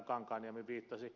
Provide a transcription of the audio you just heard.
kankaanniemi viittasi